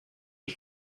est